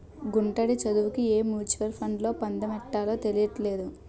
గుంటడి చదువుకి ఏ మ్యూచువల్ ఫండ్లో పద్దెట్టాలో తెలీట్లేదు